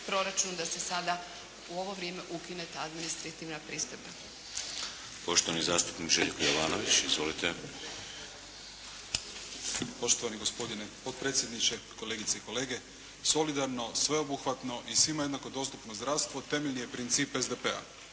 da se sada u ovo vrijeme ukine ta administrativna pristojba. **Šeks, Vladimir (HDZ)** Poštovani zastupnik Željko Jovanović. Izvolite. **Jovanović, Željko (SDP)** Poštovani gospodine potpredsjedniče, kolegice i kolege. Solidarno, sveobuhvatno i svima jednako dostupno zdravstvo temeljni je princip SDP-a.